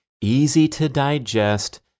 easy-to-digest